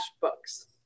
books